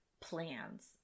plans